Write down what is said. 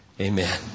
Amen